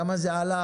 כמה זה עלה